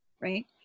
right